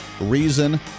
reason